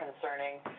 concerning